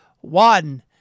one